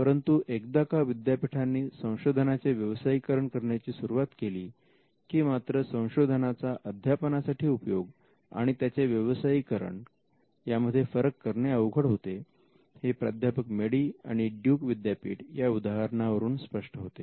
परंतु एकदा का विद्यापीठांनी संशोधनाचे व्यवसायीकरण करण्याची सुरुवात केली की मात्र संशोधनाचा अध्यापनासाठी उपयोग आणि त्याचे व्यवसायीकरण यामध्ये फरक करणे अवघड होते हे प्राध्यापक मेडी आणि ड्युक विद्यापीठ या उदाहरणावरून स्पष्ट होते